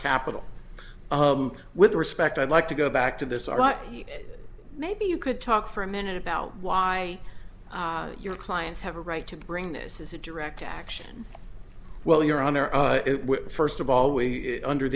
capital with respect i'd like to go back to this our maybe you could talk for a minute about why your clients have a right to bring this is a direct action well your honor first of all we under